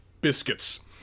biscuits